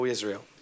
Israel